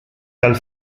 dal